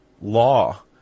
law